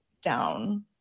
Down